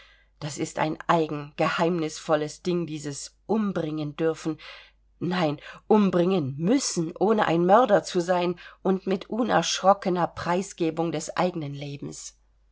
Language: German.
das ist ein eigen geheimnisvolles ding dieses umbringendürfen nein umbringen müssen ohne ein mörder zu sein und mit unerschrockener preisgebung des eigenen lebens